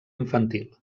infantil